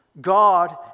God